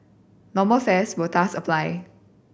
normal fares will thus apply